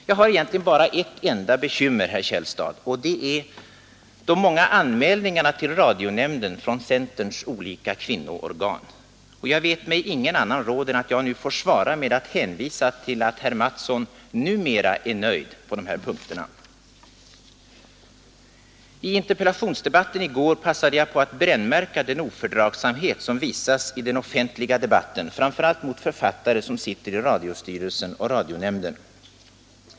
Jag har egentligen bara ett enda bekymmer, herr Källstad, och det är de många anmälningarna till radionämnden från centerns olika kvinnoorgan, och jag vet mig ingen annan råd än att jag får svara med att hänvisa till att herr Mattsson numera är nöjd på de här punkterna. I interpellationsdebatten i går passade jag på att brännmärka den ofördragsamhet som visas i den offentliga debatten, framför allt mot författare som sitter i radiostyrelsen och radionämnden.